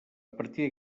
partir